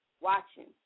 watching